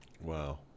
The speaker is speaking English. Wow